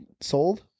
sold